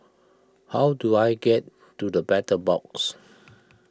how do I get to the Battle Box